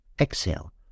exhale